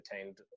attained